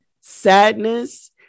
sadness